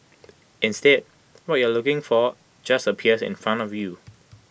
instead what you aren't looking for just appears in front of you